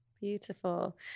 Beautiful